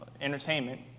entertainment